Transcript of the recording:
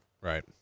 Right